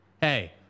Hey